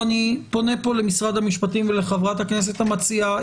ואני פונה פה למשרד המשפטים ולחברת הכנסת המציעה,